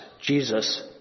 Jesus